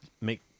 make